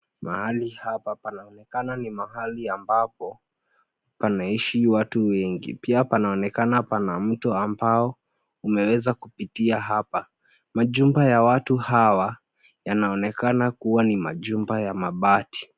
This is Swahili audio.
Mahali hapa panaonekana ni mahali ambapo panaishi watu wengi pia panaonekana pana muto ambao umeweza kupitia hapa, majumba ya watu hawa yanaonekana kuwa ni majumba ya mabati.